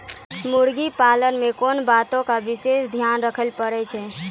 मुर्गी पालन मे कोंन बातो के विशेष ध्यान रखे पड़ै छै?